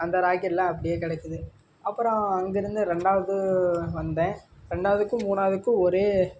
அந்த ராக்கெட்லாம் அப்படியே கிடக்குது அப்புறம் அங்கேயிருந்து ரெண்டாவது வந்தேன் ரெண்டாவதுக்கும் மூணாவதுக்கும் ஒரே